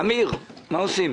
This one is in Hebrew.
אמיר, מה עושים?